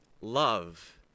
love